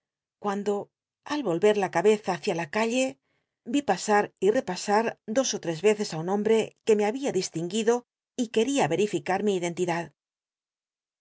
cuando al volver la ca beza húcia la calle vi pasar y repasar dos ó tres veces á un hombre que me había distinguido y quería verificar mi identidad